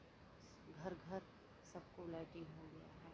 घर घर सबको लैट्रिन हो गया है